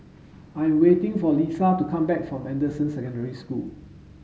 I am waiting for Liza to come back from Anderson Secondary School